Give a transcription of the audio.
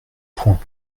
points